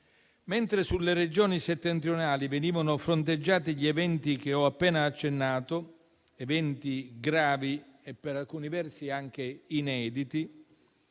Mentre sulle Regioni settentrionali venivano fronteggiati gli eventi cui ho appena accennato, eventi gravi e per alcuni versi anche inediti,